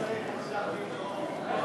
הצעת חוק הטבות לניצולי שואה (תיקון,